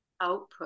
output